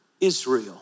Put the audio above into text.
Israel